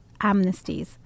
amnesties